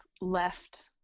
left